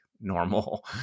normal